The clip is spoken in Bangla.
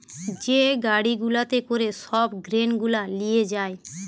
যে গাড়ি গুলাতে করে সব গ্রেন গুলা লিয়ে যায়